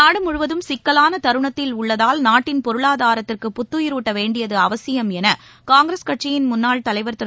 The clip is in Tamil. நாடுமிகவும் சிக்கலானதருணத்தில் உள்ளதால் நாட்டின் பொருளாதாரத்திற்கு புத்துயிரூட்டவேண்டியதுஅவசியம் எனகாங்கிரஸ் கட்சியின் முன்னாள் தலைவர் திரு